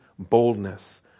boldness